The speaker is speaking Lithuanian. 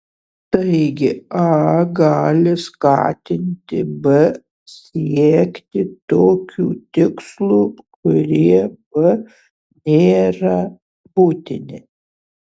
taigi a gali skatinti b siekti tokių tikslų kurie b nėra būtini